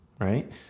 right